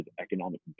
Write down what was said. economic